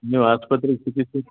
ನೀವು ಆಸ್ಪತ್ರೆಗೆ ಚಿಕಿತ್ಸೆಗೆ